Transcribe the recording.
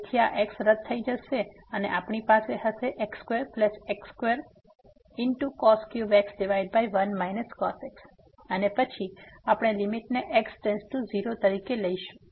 તેથી આ x રદ થઈ જશે જે આપણી પાસે હશે x2x2x 1 cos x અને પછી આપણે લીમીટ ને x → 0 તરીકે લઈશું